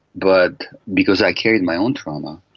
but because i carried my own trauma,